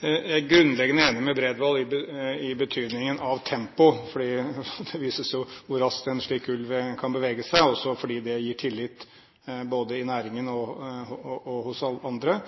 Jeg er grunnleggende enig med Bredvold i betydningen av tempoet, fordi det viser jo hvor raskt en slik ulv kan bevege seg, også fordi det gir tillit både i næringen og hos alle andre.